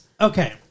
okay